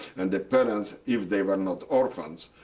and the parents, if they were not orphans,